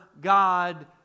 God